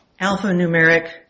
Alphanumeric